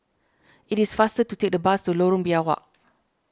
it is faster to take the bus to Lorong Biawak